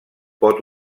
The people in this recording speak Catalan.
pot